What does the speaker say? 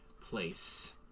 place